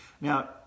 Now